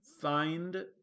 find